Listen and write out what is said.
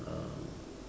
uh